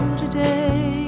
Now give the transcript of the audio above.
today